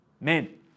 men